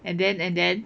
and then and then